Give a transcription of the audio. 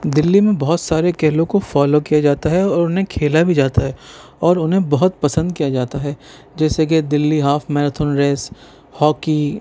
دِلّی میں بہت سارے کھیلوں کو فولو کیا جاتا ہے اور اُنہیں کھیلا بھی جاتا ہے اور اُنہیں بہت پسند کیا جاتا ہے جیسے کہ Delhi half marathon race hockey